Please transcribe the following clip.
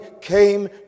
came